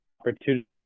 opportunity